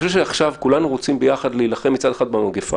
כולנו רוצים יחד להילחם במגפה,